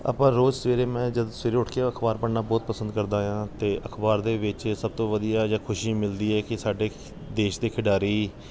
ਆਪਾਂ ਰੋਜ਼ ਸਵੇਰੇ ਮੈਂ ਜਦ ਸਵੇਰੇ ਉੱਠ ਕੇ ਅਖਬਾਰ ਪੜ੍ਹਨਾ ਬਹੁਤ ਪਸੰਦ ਕਰਦਾ ਹਾਂ ਅਤੇ ਅਖਬਾਰ ਦੇ ਵਿੱਚ ਸਭ ਤੋਂ ਵਧੀਆ ਜਾਂ ਖੁਸ਼ੀ ਮਿਲਦੀ ਹੈ ਕਿ ਸਾਡੇ ਦੇਸ਼ ਦੇ ਖਿਡਾਰੀ